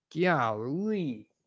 Golly